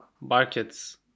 markets